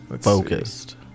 Focused